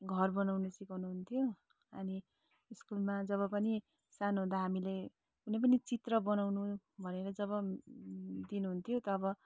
घर बनाउन सिकाउनु हुन्थ्यो अनि स्कुलमा जब पनि सानो हुँदा हामीले कुनै पनि चित्र बनाउनु भनेर जब दिनुहुन्थ्यो तब